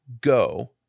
go